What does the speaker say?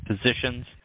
positions